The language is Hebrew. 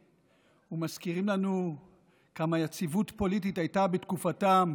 ומזכירים לנו כמה יציבות פוליטית הייתה בתקופתם,